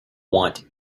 want